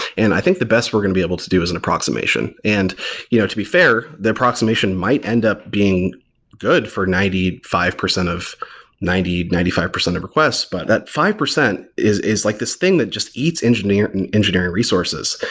and i think the best we're going to be able to do is an approximation. and you know to be fair, the approximation might end up being good for ninety five percent of ninety ninety five of requests, but that five percent is is like this thing that just eats engineering and engineering resources,